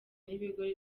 n’ibigo